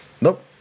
Nope